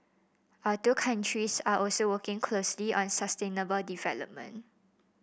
our two countries are also working closely on sustainable development